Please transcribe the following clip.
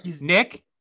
Nick